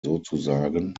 sozusagen